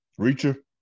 reacher